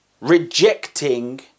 rejecting